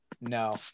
no